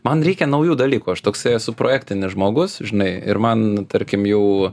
man reikia naujų dalykų aš toksai esu projektinis žmogus žinai ir man tarkim jau